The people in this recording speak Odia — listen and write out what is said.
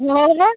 ହଁ